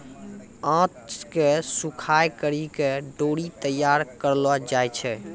आंत के सुखाय करि के डोरी तैयार करलो जाय छै